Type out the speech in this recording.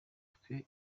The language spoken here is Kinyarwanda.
twe